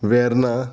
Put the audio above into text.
Verna